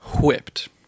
whipped